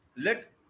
Let